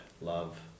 love